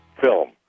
film